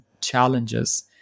challenges